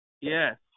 Yes